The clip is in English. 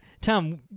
Tom